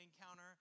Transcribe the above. encounter